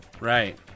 right